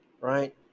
right